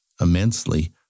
Immensely